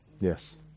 Yes